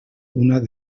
una